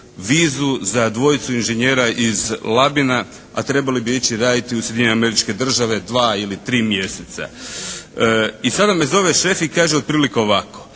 vizu za dvojicu inžinjera iz Labina, a trebali bi ići raditi u Sjedinjene Američke Države dva ili tri mjeseca. I sada me zove šef i kaže otprilike ovako.